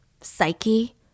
Psyche